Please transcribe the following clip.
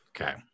okay